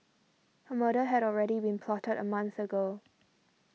a murder had already been plotted a month ago